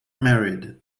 married